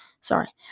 Sorry